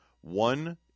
one